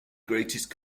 greatest